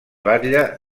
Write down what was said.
batlle